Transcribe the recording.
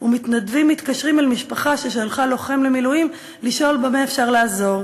ומתנדבים מתקשרים אל משפחה ששלחה לוחם למילואים לשאול במה אפשר לעזור,